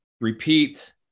repeat